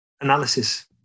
analysis